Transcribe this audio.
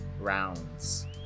rounds